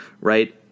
right